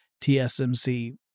TSMC